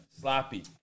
sloppy